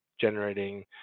generating